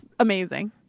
Amazing